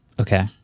okay